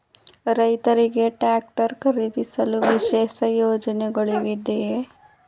ರೈತರಿಗೆ ಟ್ರಾಕ್ಟರ್ ಖರೀದಿಸಲು ವಿಶೇಷ ಯೋಜನೆಗಳಿವೆಯೇ?